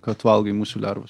kad valgai musių lervas